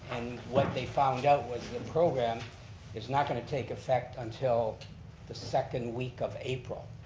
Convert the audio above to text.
and what they found out was the program is not going to take effect until the second week of april.